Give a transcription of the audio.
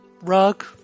rug